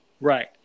right